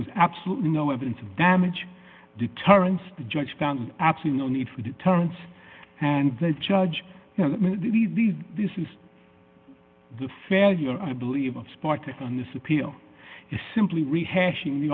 was absolutely no evidence of damage deterrence the judge found absolutely no need for deterrence and the judge this is the failure i believe of spartak on this appeal is simply rehashing the